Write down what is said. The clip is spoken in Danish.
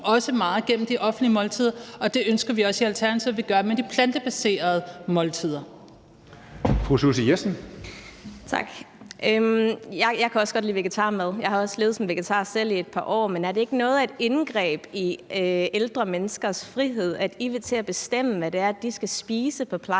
også meget gennem de offentlige måltider – og det ønsker vi også i Alternativet at gøre med de plantebaserede måltider. Kl. 19:29 Tredje næstformand (Karsten Hønge): Fru Susie Jessen. Kl. 19:29 Susie Jessen (DD): Tak. Jeg kan også godt lide vegetarmad; jeg har også levet som vegetar selv i et par år. Men er det ikke noget af et indgreb i ældre menneskers frihed, at I vil til at bestemme, hvad det er, de skal spise på